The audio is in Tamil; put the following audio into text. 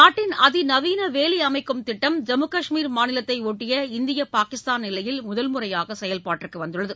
நாட்டின் அதிநவீன வேலி அமைக்கும் திட்டம் ஜம்மு கஷ்மீர் மாநிலத்தை ஒட்டிய இந்திய பாகிஸ்தான் எல்லையில் முதன்முறையாக செயல்பாட்டிற்கு வந்துள்ளது